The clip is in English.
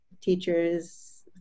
teachers